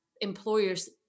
employers